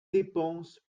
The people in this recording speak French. dépense